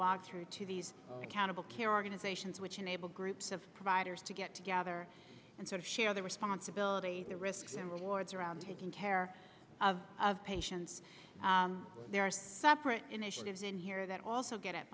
walk through to these accountable care organizations which enable groups of providers to get together and sort of share their responsibilities the risks and rewards around taking care of patients there are separate initiatives in here that also get